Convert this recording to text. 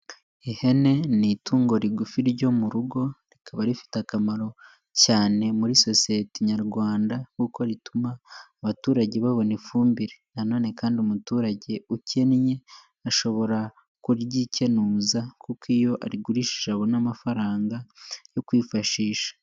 Ihene ni itungo rigufi ryo mu rugo, rikaba rifite akamaro cyane muri sosiyete nyarwanda kuko rituma abaturage babona ifumbire. Na nonekandi umuturage ukennye ashobora kuryikenuza kuko iyo arigurishije abona amafaranga yo kwifashisha.